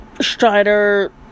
Strider